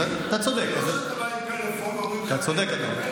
זה לא שאתה בא עם הפלאפון ואומרים לך,